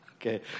okay